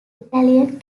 italian